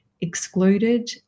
excluded